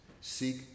seek